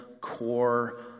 core